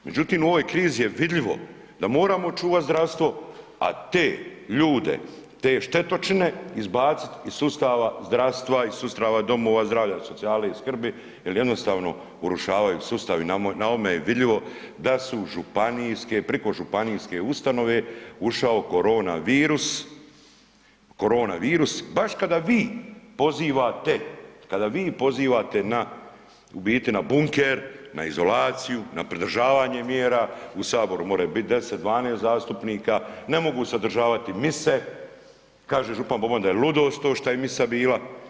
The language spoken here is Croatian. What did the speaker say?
Međutim, u ovoj krizi je vidljivo da moramo čuvati zdravstvo, a te ljude, te štetočine izbaciti iz sustava zdravstva, iz sustava domova zdravlja, socijale i skrbi jer jednostavno urušavaju sustav i na ovome je vidljivo da su županijske, priko županijske ustanove ušao korona virus, baš kada vi pozivate, kada vi pozivate u biti na bunker, na izolaciju, na pridržavanje mjera, u saboru more biti 10, 12 zastupnika, ne mogu se održavati mise, kaže župan Boban da je ludost to što je misa bila.